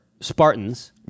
Spartans